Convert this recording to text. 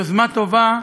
יוזמה טובה וראויה,